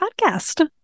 Podcast